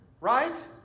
right